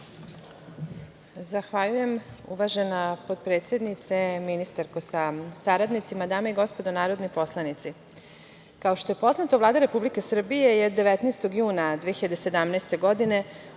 Zahvaljujem. Uvažena potpredsednice, ministarko sa saradnicima, dame i gospodo narodni poslanici, kao što je poznato Vlada Republike Srbije je 19. juna 2017. godine